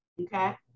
Okay